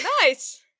Nice